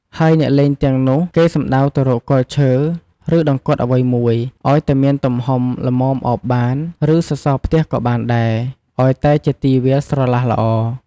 ហើយអ្នកលេងទាំងនោះ គេសំដៅទៅរកគល់ឈើ ឬដង្គត់អ្វីមួយ ឲ្យតែមានទំហំល្មមឱបបាន ឬ សសរផ្ទះក៏បានដែរ ឲ្យតែជាទីវាលស្រឡះល្អ ។